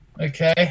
Okay